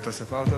ההצעה להעביר את